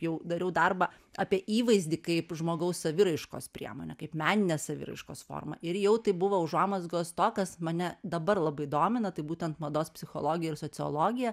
jau dariau darbą apie įvaizdį kaip žmogaus saviraiškos priemonė kaip meninės saviraiškos forma ir jau tai buvo užuomazgos to kas mane dabar labai domina tai būtent mados psichologija ir sociologija